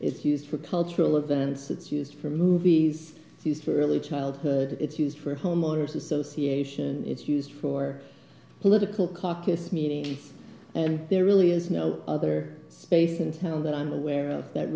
it's used for cultural events it's used for movies used for early childhood it's used for homeowners association it's used for political caucus meeting and there really is no other space in town that i'm aware of that